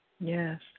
Yes